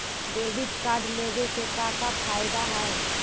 Debit card लेवे से का का फायदा है?